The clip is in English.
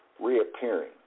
reappearing